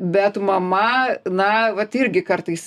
bet mama na vat irgi kartais